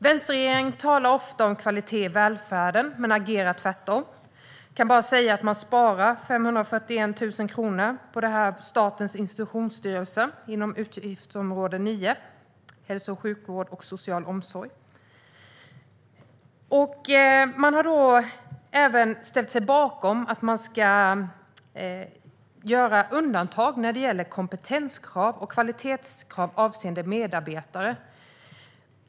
Vänsterregeringen talar ofta om kvalitet i välfärden men agerar tvärtom. Jag kan bara säga att man sparar 541 000 kronor på Statens institutionsstyrelse inom utgiftsområde 9, hälsovård, sjukvård och social omsorg. Man har även ställt sig bakom att man ska göra undantag när det gäller kompetenskrav och kvalitetskrav avseende medarbetare.